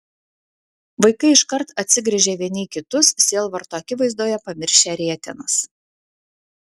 vaikai iškart atsigręžė vieni į kitus sielvarto akivaizdoje pamiršę rietenas